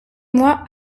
moi